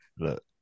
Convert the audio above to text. Look